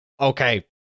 Okay